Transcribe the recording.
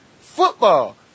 Football